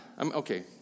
okay